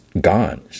gone